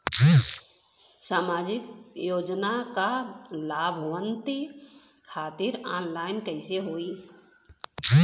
सामाजिक योजना क लाभान्वित खातिर ऑनलाइन कईसे होई?